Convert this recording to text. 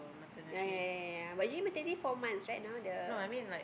ah ya ya ya ya but actually maternity leave four months right now the